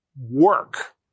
work